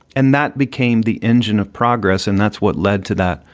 and that became the engine of progress. and that's what led to that.